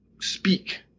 speak